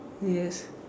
yes